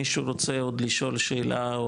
מישהו רוצה עוד לשאול שאלה,